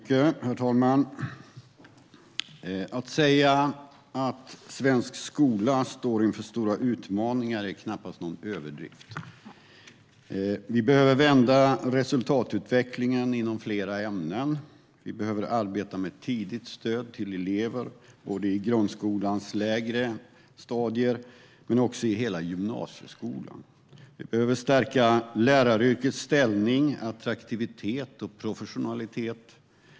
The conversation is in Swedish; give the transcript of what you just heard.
Herr talman! Att säga att svensk skola står inför stora utmaningar är knappast en överdrift. Vi behöver vända resultatutvecklingen inom flera ämnen. Vi behöver arbeta med tidigt stöd till elever både i grundskolans lägre stadier och i hela gymnasieskolan. Vi behöver stärka läraryrkets ställning, attraktivitet och professionalitet.